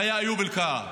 והיה איוב קרא.